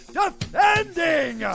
defending